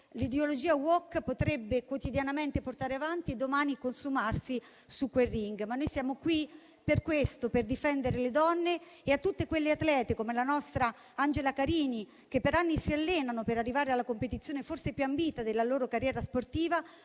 l'ideologia woke potrebbe quotidianamente portare avanti e domani consumarsi su quel ring. Noi siamo qui per questo, per difendere le donne, e a tutte quelle atlete, come la nostra Angela Carini, che per anni si allenano per arrivare alla competizione forse più ambita della loro carriera sportiva,